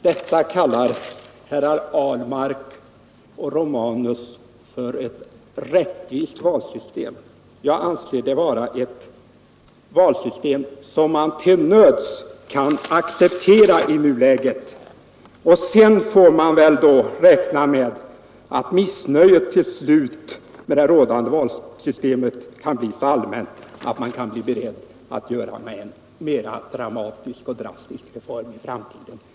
Detta kallar herrar Ahlmark och Romanus för ett rättvist valsystem. Jag anser det vara ett valsystem som man till nöds kan acceptera i nuläget. Sedan får vi väl hoppas att missnöjet med det rådande valsystemet till slut kan bli så allmänt att man blir beredd att göra en mera drastisk reform i framtiden.